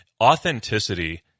authenticity